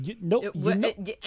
Nope